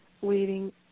waiting